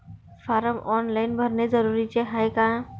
Form online भरने जरुरीचे हाय का?